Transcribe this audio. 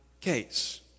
case